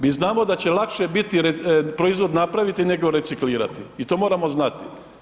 Mi znamo da će lakše proizvod napraviti nego reciklirati i to moramo znati.